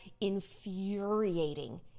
infuriating